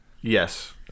Yes